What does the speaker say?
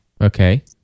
Okay